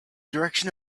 direction